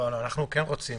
אנחנו כן רוצים.